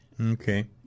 Okay